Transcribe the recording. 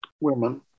women